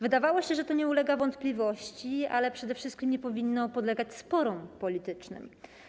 Wydawało się, że to nie ulega wątpliwości, ale przede wszystkim nie powinno podlegać sporom politycznym.